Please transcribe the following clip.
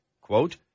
Quote